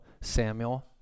Samuel